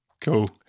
cool